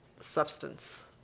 substance